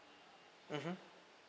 mmhmm